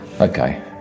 Okay